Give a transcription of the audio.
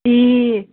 ए